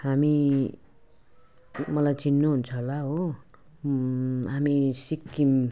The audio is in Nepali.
हामी मलाई चिन्नुहुन्छ होला हो हामी सिक्किम